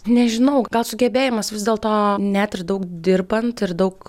nežinau gal sugebėjimas vis dėlto net ir daug dirbant ir daug